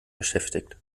beschäftigt